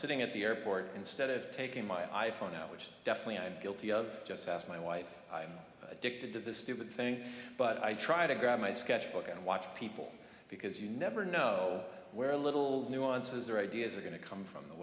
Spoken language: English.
sitting at the airport instead of taking my iphone out which definitely i'm guilty of just ask my wife i'm addicted to this stupid thing but i try to grab my sketchbook and watch people because you never know where a little nuances or ideas are going to come from the